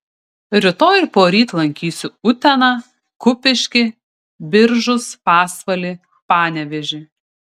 rytoj ir poryt lankysiu uteną kupiškį biržus pasvalį panevėžį